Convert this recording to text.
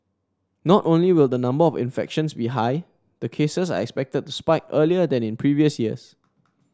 not only will the number of infections be high the cases are expected to spike earlier than in previous years